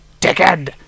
Dickhead